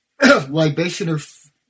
libationer